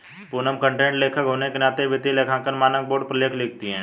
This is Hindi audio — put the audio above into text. पूनम कंटेंट लेखक होने के नाते वित्तीय लेखांकन मानक बोर्ड पर लेख लिखती है